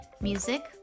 Music